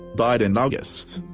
died in august.